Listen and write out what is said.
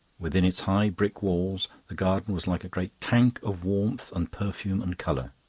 within its high brick walls the garden was like a great tank of warmth and perfume and colour.